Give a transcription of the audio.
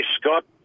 Scott